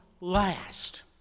last